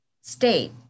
state